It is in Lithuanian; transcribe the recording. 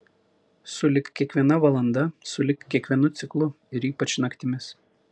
sulig kiekviena valanda sulig kiekvienu ciklu ir ypač naktimis